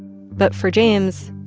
but for james,